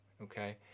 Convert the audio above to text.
okay